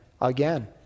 again